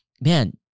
man